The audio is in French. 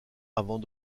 avant